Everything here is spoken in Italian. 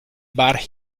bar